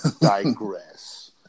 digress